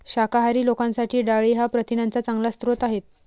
शाकाहारी लोकांसाठी डाळी हा प्रथिनांचा चांगला स्रोत आहे